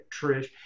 Trish